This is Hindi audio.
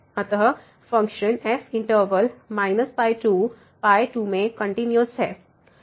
अत फ़ंक्शन f इंटरवल 22 में कंटिन्यूस है